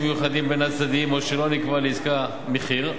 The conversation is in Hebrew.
מיוחדים בין הצדדים או שלא נקבע לעסקה מחיר,